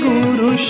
Guru